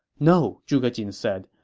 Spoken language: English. no, zhuge jin said.